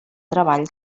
treball